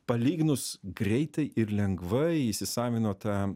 palyginus greitai ir lengvai įsisavino tą